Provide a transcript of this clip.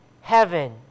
heaven